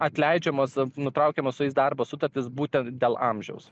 atleidžiamos nutraukiamos su jais darbo sutartys būtent dėl amžiaus